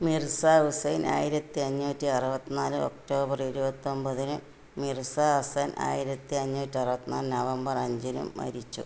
മിർസ ഹുസൈൻ ആയിരത്തി അഞ്ഞൂറ്റി അറുപത്തിനാല് ഒക്ടോബർ ഇരുപത്തൊമ്പതിന് മിർസ ഹസൻ ആയിരത്തി അഞ്ഞൂറ്റി അറുപത്തിനാല് നവംബർ അഞ്ചിനും മരിച്ചു